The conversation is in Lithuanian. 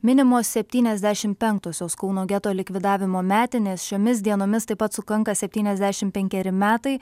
minimos septyniasdešim penktosios kauno geto likvidavimo metinės šiomis dienomis taip pat sukanka septyniasdešim penkeri metai